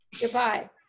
Goodbye